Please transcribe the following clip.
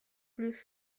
plus